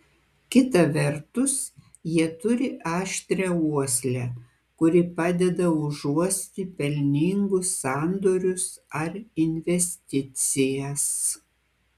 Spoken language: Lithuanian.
kita vertus jie turi aštrią uoslę kuri padeda užuosti pelningus sandorius ar investicijas